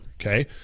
okay